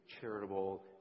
charitable